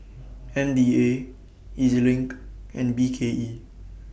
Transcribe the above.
M D A Ez LINK and B K E